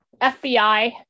FBI